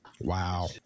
Wow